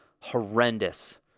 horrendous